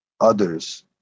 others